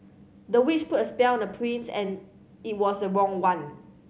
the witch put a spell on the prince and it was the wrong one